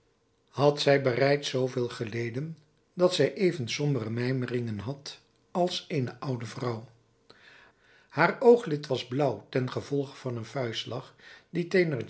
had zij bereids zooveel geleden dat zij even sombere mijmeringen had als eene oude vrouw haar ooglid was blond tengevolge van een vuistslag dien